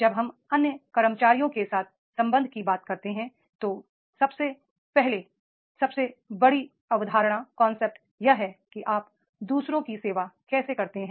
जब हम अन्य कर्मचारियों के साथ संबंध की बात करते हैं तो पहले और सबसे बड़ी कांसेप्ट यह है कि आप दू सरों की सेवा कैसे करते हैं